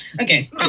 Okay